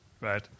right